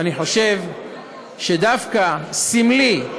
אני חושב שדווקא סמלי,